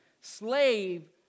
Slave